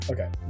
Okay